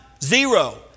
zero